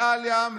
מעל ים,